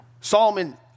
Solomon